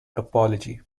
topology